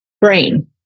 brain